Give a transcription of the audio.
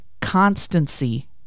constancy